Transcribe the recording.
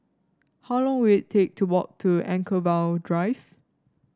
how long will it take to walk to Anchorvale Drive